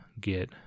get